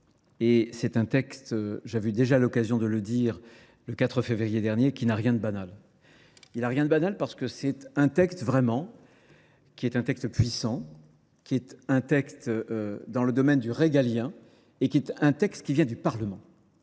et c'est un texte, j'ai déjà eu l'occasion de le dire le 4 février dernier, qui n'a rien de banal. Il n'y a rien de banal parce que c'est un texte vraiment, qui est un texte puissant, qui est un texte dans le domaine du régalien et qui est un texte qui vient du Parlement.